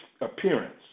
appearance